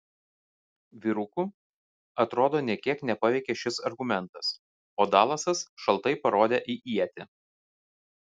vyrukų atrodo nė kiek nepaveikė šis argumentas o dalasas šaltai parodė į ietį